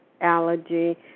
allergy